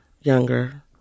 younger